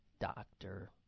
doctor